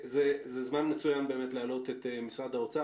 זמן מצוין באמת להעלות את משרד האוצר.